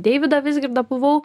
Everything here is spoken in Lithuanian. deividą vizgirdą buvau